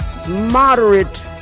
moderate